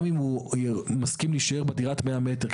אם הוא מסכים להישאר בדירת 100 מ"ר,